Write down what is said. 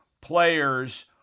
players